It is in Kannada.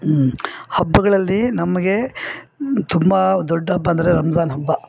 ಹಬ್ಬಗಳಲ್ಲಿ ನಮಗೆ ತುಂಬ ದೊಡ್ಡ ಹಬ್ಬ ಅಂದರೆ ರಂಝಾನ್ ಹಬ್ಬ